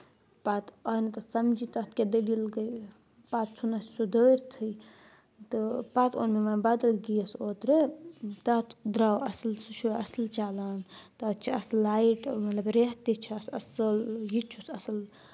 پَتہٕ آو نہٕ تَتھ سَمجھے تَتھ کیاہ دٔلیٖل گٔے پَتہٕ ژھُن اَسہِ سُہ دٲرتھٕے تہٕ پَتہٕ اوٚن مےٚ وَنۍ بَدَل گیس اوترٕ تَتھ درٛاو اَصٕل سُہ چھُ اَصٕل چَلان تَتھ چھِ اَصٕل لایٹ مطلب رؠتھ تہِ چھِ اَسہِ اَصٕل یہِ تہِ چھُس اَصٕل